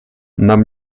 нам